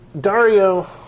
Dario